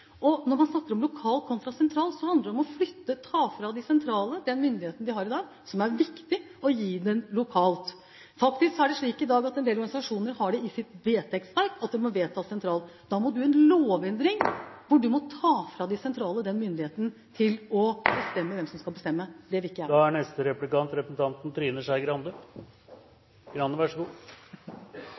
Når man snakker om lokal kontra sentral, handler det om å ta fra de sentrale den myndigheten de har i dag, som er viktig, og gi dem den lokalt. Faktisk er det slik i dag at en del organisasjoner har det i sitt vedtektsverk at det må vedtas sentralt. Da må det en lovendring til, hvor man må ta fra de sentrale den myndigheten til å bestemme hvem som skal bestemme. Det vil ikke jeg. I dag har vi snakket om at det er